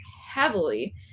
heavily